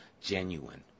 genuine